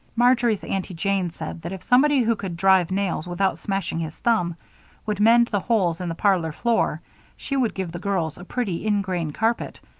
marjory's aunty jane said that if somebody who could drive nails without smashing his thumb would mend the holes in the parlor floor she would give the girls a pretty ingrain carpet,